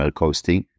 coasting